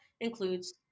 includes